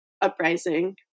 uprising